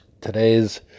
today's